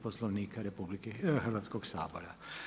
Poslovnika Hrvatskog sabora.